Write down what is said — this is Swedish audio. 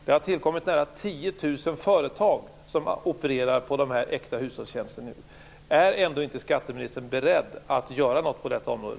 Nära 10 000 företag har tillkommit som nu opererar på de här äkta hushållstjänsterna. Är skatteministern ändå inte beredd att göra någonting på detta område?